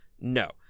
No